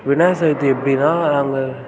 விநாயகர் சதுர்த்தி எப்படின்னா அங்கே